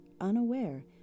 unaware